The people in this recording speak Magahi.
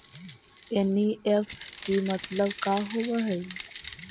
एन.ई.एफ.टी मतलब का होब हई?